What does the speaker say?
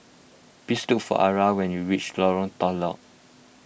please look for Ara when you reach Lorong Telok